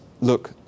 Look